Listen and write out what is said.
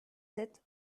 sept